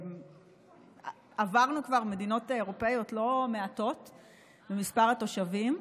עברנו כבר מדינות אירופיות לא מעטות במספר התושבים.